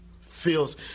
feels